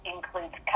includes